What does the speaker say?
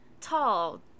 tall